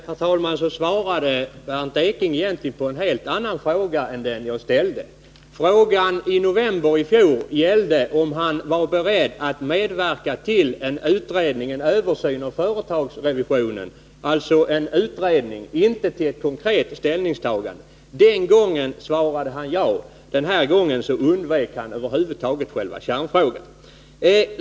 Herr talman! Bernt Ekinge svarade egentligen på en helt annan fråga än den jag ställde. Frågan i november i fjol gällde om han var beredd att medverka till en utredning, en översyn av företagsrevisionen — inte till ett konkret ställningstagande. Den gången svarade han ja — men den här gången undvek han att över huvud taget gå in på själva kärnfrågan.